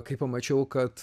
kai pamačiau kad